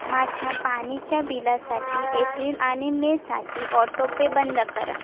माझ्या पाण्याच्या बिलासाठी एप्रिल आणि मेसाठी ऑटोपे बंद करा